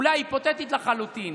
אולי היפותטית לחלוטין.